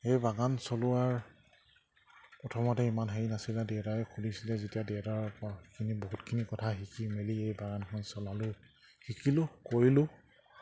সেই বাগান চলোৱাৰ প্ৰথমতে ইমান হেৰি নাছিলে দেউতাই খুলিছিলে যেতিয়া দেউতাৰ বহুতখিনি কথা শিকি মেলি এই বাগানখন চলালোঁ শিকিলোঁ কৰিলোঁ